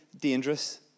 dangerous